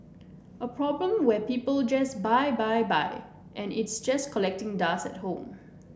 a problem where people just buy buy buy and it's just collecting dust at home